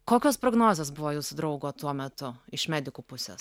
kokios prognozės buvo jūsų draugo tuo metu iš medikų pusės